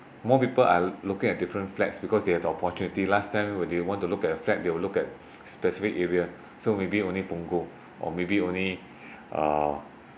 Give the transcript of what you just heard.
more people are looking at different flats because they have the opportunity last time when they want to look at a flat they will look at specific area so maybe only punggol or maybe only uh